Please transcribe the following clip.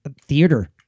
theater